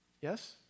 Yes